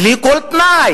בלי כל תנאי.